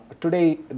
today